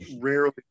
Rarely